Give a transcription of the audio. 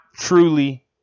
truly